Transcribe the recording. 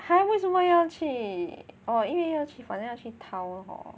!huh! 为什么要去 oh 因为要去反正要去 town hor